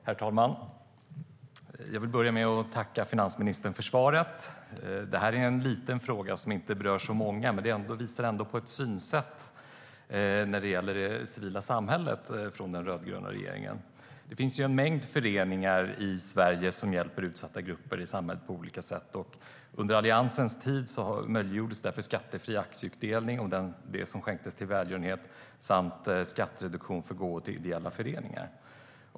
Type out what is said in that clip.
Herr talman! Jag vill börja med att tacka finansministern för svaret. Detta är en liten fråga som inte berör så många men som ändå visar på den rödgröna regeringens synsätt när det gäller det civila samhället. Det finns en mängd föreningar i Sverige som hjälper utsatta grupper i samhället på olika sätt. Under Alliansens tid möjliggjordes därför skattefri aktieutdelning om den skänktes till välgörenhet samt skattereduktion för gåvor till ideella föreningar.